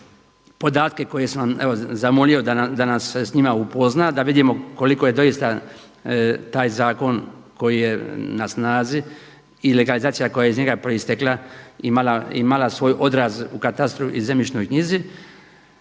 podatke koje sam evo zamolio evo da nas se s njima upozna, da vidimo koliko je doista taj zakon koji je na snazi i legalizacija koja je iz njega proistekla imala svoj odraz u katastru i zemljišnoj knjizi,